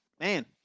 man